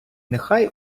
нехай